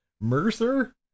Mercer